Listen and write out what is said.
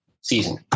season